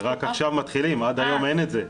זה רק עכשיו מתחילים, עד היום אין את זה.